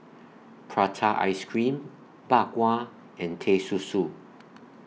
Prata Ice Cream Bak Kwa and Teh Susu